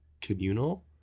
communal